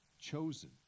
chosen